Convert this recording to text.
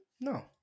No